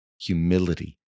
humility